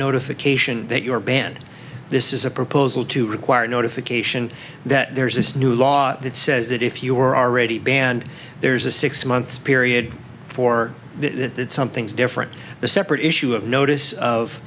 notification that your and this is a proposal to require notification that there's this new law that says that if you are already banned there's a six month period for that something's different the separate issue of notice of